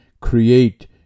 create